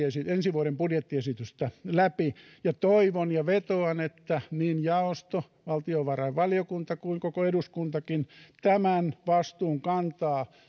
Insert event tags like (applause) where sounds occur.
(unintelligible) ja valiokunnassa ensi vuoden budjettiesitystä läpi ja toivon ja vetoan että niin jaosto valtiovarainvaliokunta kuin koko eduskuntakin tämän vastuun kantaa